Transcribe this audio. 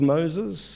Moses